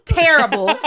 terrible